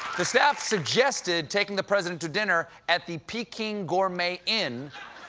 the staff suggested taking the president to dinner at the peking gourmet inn,